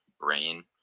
brain